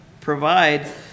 provide